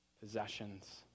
possessions